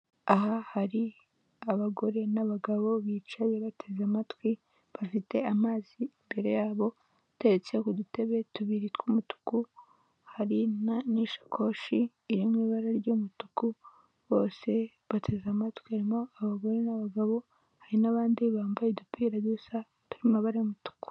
Itangazo ryo kwamamariza ikigo gikoresha serivisi kuri murandasi kizwi nk'irembo iryo tangazo rivuga ko bafunguye uburyo bushyashya aho bakwishyura serivisi zo muri laboratwari bifashisha mu ibirembo, umunsi hari uburyo wabona aho wabashaka guhamagara kuri mirongo ikenda icyenda n'ikenda